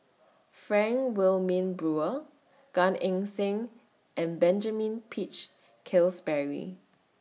Frank Wilmin Brewer Gan Eng Seng and Benjamin Peach Keasberry